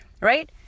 right